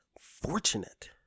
fortunate